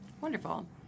Wonderful